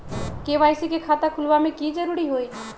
KYC के खाता खुलवा में की जरूरी होई?